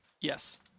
Yes